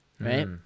right